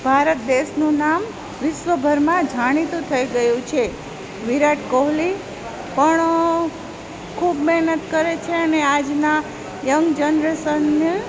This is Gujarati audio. ભારત દેશનું નામ વિશ્વભરમાં જાણીતું થઈ ગયું છે વિરાટ કોહલી પણ ખૂબ મહેનત કરે છે અને આજના યંગ જનરેશનને